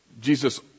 Jesus